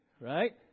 right